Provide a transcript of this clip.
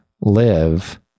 live